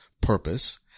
purpose